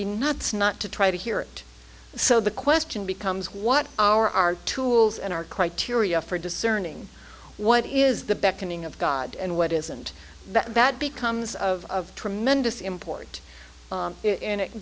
be nuts not to try to hear it so the question becomes what our our tools and our criteria for discerning what is the beckoning of god and what isn't that that becomes of tremendous import